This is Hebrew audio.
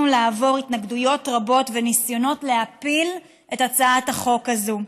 לעבור התנגדויות רבות וניסיונות להפיל את הצעת החוק הזאת.